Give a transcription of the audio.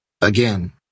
again